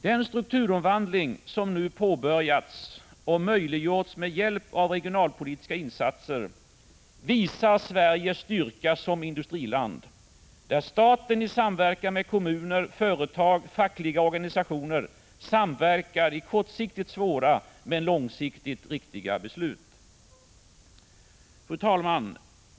Den strukturomvandling som nu har påbörjats och som har möjliggjorts genom regionalpolitiska insatser visar Sveriges styrka som industriland, där staten i samverkan med kommuner, företag och fackliga organisationer samverkar vid kortsiktigt svåra men långsiktigt riktiga beslut. Fru talman!